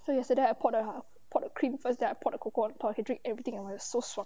so yesterday I pour the ah poured the cream first then I pour the coco on top can drink everything it was so 爽